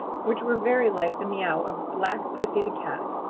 which were very like the meow of black pussy the cat.